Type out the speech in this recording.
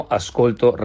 ascolto